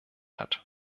hat